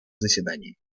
заседании